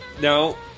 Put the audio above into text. No